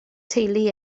teulu